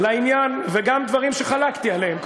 וגם דברים שחלקתי עליהם,